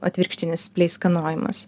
atvirkštinis pleiskanojimas